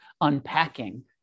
unpacking